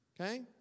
Okay